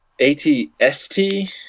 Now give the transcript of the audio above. ATST